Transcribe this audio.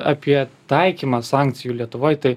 apie taikymą sankcijų lietuvoj tai